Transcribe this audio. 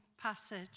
Passage